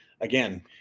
Again